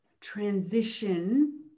transition